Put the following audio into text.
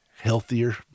healthier